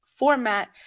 format